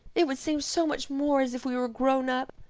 it would seem so much more as if we were grown up.